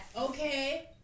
Okay